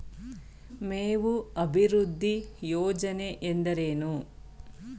ಮೇವು ಅಭಿವೃದ್ಧಿ ಯೋಜನೆ ಎಂದರೇನು?